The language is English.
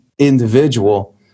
Individual